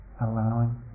allowing